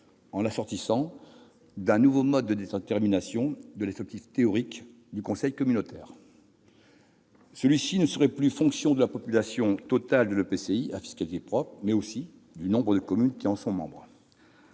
en l'assortissant d'un nouveau mode de détermination de l'effectif théorique du conseil communautaire. Celui-ci serait fonction non plus seulement de la population totale de l'EPCI à fiscalité propre, mais aussi du nombre de communes qui en sont membres.